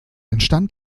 entstand